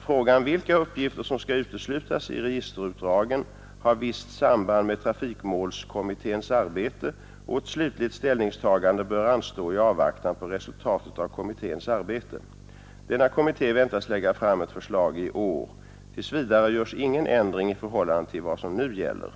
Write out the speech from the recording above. Frågan vilka uppgifter som skall uteslutas i registerutdragen har visst samband med trafikmålskommitténs arbete, och ett slutligt ställningstagande bör anstå i avvaktan på resultatet av kommitténs arbete. Denna kommitté väntas lägga fram ett förslag i år. Tills vidare görs ingen ändring i förhållande till vad som nu gäller.